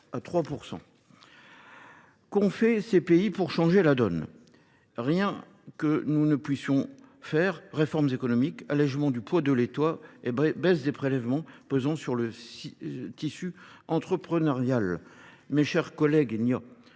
à 3%. qu'ont fait ces pays pour changer la donne. Rien que nous ne puissions faire, réformes économiques, allègements du poids de l'étoile et baisses des prélèvements pesant sur le tissu entrepreneurial. Mes chers collègues, il n'y a